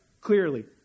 Clearly